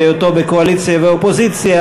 בהיותו בקואליציה ובאופוזיציה,